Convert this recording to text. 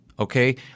Okay